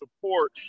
support